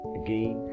again